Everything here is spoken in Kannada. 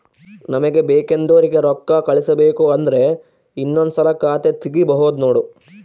ನಮಗೆ ಬೇಕೆಂದೋರಿಗೆ ರೋಕ್ಕಾ ಕಳಿಸಬೇಕು ಅಂದ್ರೆ ಇನ್ನೊಂದ್ಸಲ ಖಾತೆ ತಿಗಿಬಹ್ದ್ನೋಡು